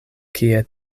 kie